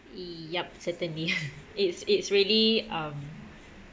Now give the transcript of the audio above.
yup certainly it's it's really um